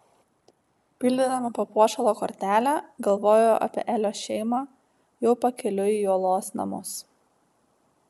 pildydama papuošalo kortelę galvojo apie elio šeimą jau pakeliui į uolos namus